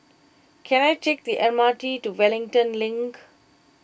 can I take the M R T to Wellington Link